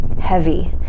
heavy